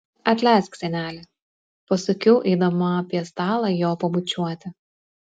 atleisk seneli pasakiau eidama apie stalą jo pabučiuoti